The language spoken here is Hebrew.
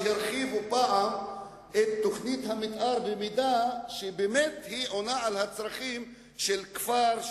שהרחיבו פעם את תוכנית המיתאר במידה שבאמת היא עונה על הצרכים של כפר,